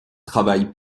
travaille